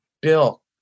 Bill